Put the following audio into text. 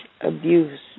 abuse